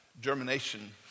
germination